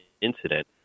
incident